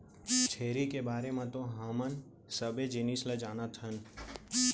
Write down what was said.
छेरी के बारे म तो हमन सबे जिनिस ल जानत हन